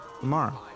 tomorrow